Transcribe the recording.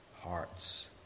hearts